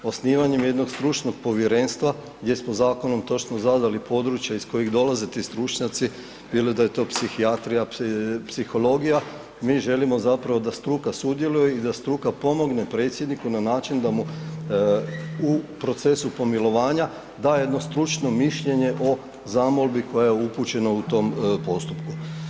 Osnivanjem jednog stručnog povjerenstva gdje smo zakonom točno zadali područje iz kojeg dolaze ti stručnjaci ili da je to psihijatrija, psihologija, mi želimo zapravo da struka sudjeluje i da struka pomogne Predsjedniku na način da mu u procesu pomilovanja daje jedno stručno mišljenje o zamolbi koja je upućena u tom postupku.